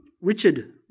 Richard